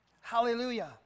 Hallelujah